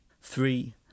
Three